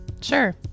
sure